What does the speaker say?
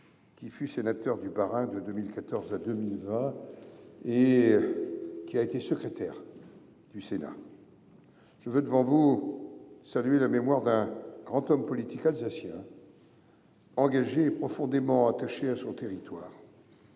qui fut sénateur du Bas Rhin de 2014 à 2020 et secrétaire du Sénat. Je veux saluer aujourd’hui la mémoire d’un grand homme politique alsacien, engagé et profondément attaché à son territoire.